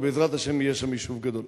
ובעזרת השם יהיה שם יישוב גדול.